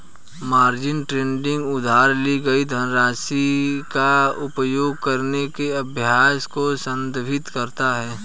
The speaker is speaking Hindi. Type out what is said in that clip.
मार्जिन ट्रेडिंग उधार ली गई धनराशि का उपयोग करने के अभ्यास को संदर्भित करता है